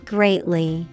Greatly